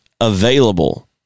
available